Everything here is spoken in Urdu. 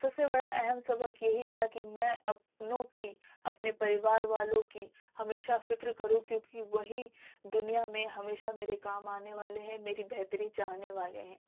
سب سے بڑا اہم سبق یہی تھا کہ میں اپنوں کی اپنے پریوار والوں کی ہمیشہ فکر کروں کیونکہ وہی دنیا میں ہمیشہ میرے کام آنے والے ہیں میری بہتری چاہنے والے ہیں